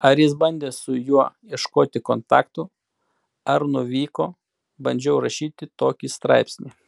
ar jis bandė su juo ieškoti kontaktų ar nuvyko bandžiau rašyti tokį straipsnį